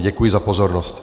Děkuji za pozornost.